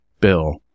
Bill